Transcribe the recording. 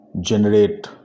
generate